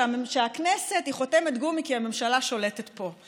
שהכנסת היא חותמת גומי, כי הממשלה שולטת פה.